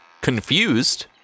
confused